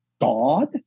God